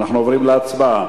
התשע"א 2011,